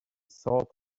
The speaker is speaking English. sought